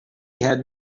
had